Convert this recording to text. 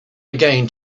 again